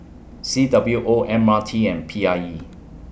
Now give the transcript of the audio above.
C W O M R T and P I E